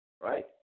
right